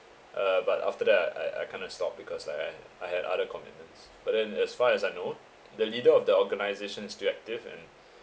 uh but after that I I kind of stopped because I had I had other commitments but then as far as I know the leader of the organisation is still active and